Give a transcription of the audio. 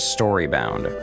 Storybound